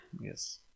Yes